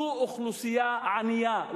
זו אוכלוסייה ענייה,